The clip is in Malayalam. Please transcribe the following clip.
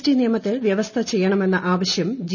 ടി നിയമത്തിൽ വ്യവസ്ഥ ചെയ്യണമെന്ന് ൂ ആവശ്യം ജി